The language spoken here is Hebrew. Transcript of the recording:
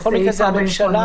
בכל מקרה זה על הממשלה.